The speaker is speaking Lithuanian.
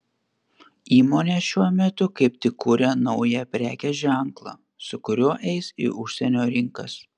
įmonė šiuo metu kaip tik kuria naują prekės ženklą su kuriuo eis į užsienio rinkas